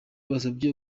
basabye